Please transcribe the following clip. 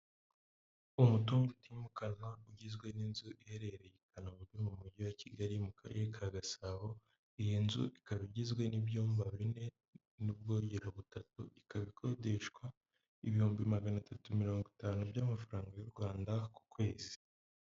Umutungo utimukanwa, ugizwe n'inzu iherereye i Kanombe mu mujyi wa Kigali mu karere ka Gasabo, iyi nzu ikaba igizwe n'ibyumba bine n'ubwogero butatu, ikaba ikodeshwa ibihumbi magana atatu mirongo itanu by'amafaranga y'u Rwanda ku kwezi.